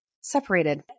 separated